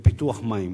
לפיתוח מים.